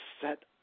set